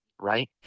Right